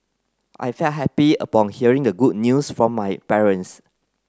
I felt happy upon hearing the good news from my parents